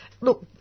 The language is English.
look